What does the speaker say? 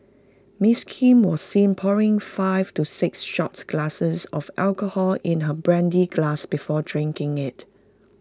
miss Kim was seen pouring five to six shot glasses of alcohol in her brandy glass before drinking IT